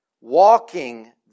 Walking